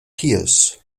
pierce